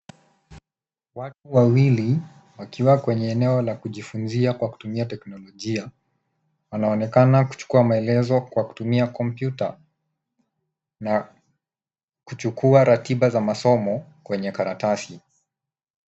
Watu wawili, wakiwa kwenye eneo la kujifunzia kwa kutumia teknolojia wanaonekana kuchukua maelezo kwa kutumia kompyuta, na kuchukua ratiba za masomo, kwenye karatasi.